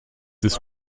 ist